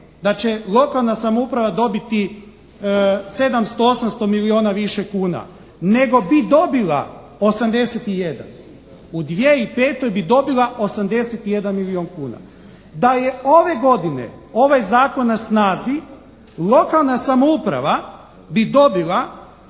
da će lokalna samouprava dobiti 700, 800 milijuna više kuna, nego bi dobila 81. U 2005. bi dobila 81 milijun kuna. Da je ove godine ovaj zakon na snazi lokalna samouprava bi dobila